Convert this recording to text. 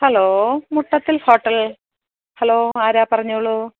hello മുട്ടത്തില് hotel hello ആരാ പറഞ്ഞോളൂ